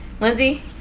Lindsay